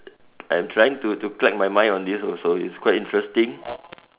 I'm trying to to crack my mind on this also it's quite interesting